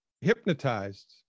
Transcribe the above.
hypnotized